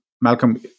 Malcolm